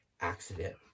accident